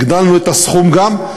הגדלנו את הסכום גם,